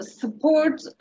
support